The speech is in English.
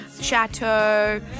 Chateau